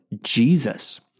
Jesus